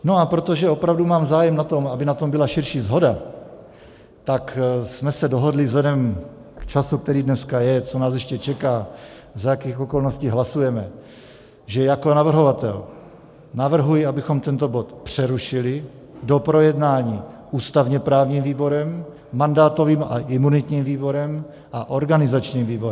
No a protože opravdu mám zájem na tom, aby na tom byla širší shoda, tak jsme se dohodli vzhledem k času, který dneska je, co nás ještě čeká, za jakých okolností hlasujeme, že jako navrhovatel navrhuji, abychom tento bod přerušili do projednání ústavněprávním výborem, mandátovým a imunitním výborem a organizačním výborem.